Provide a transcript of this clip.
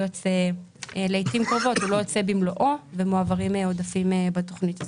לעתים קרובות הוא לא יוצא במלואו ומועברים עודפים בתוכנית הזאת.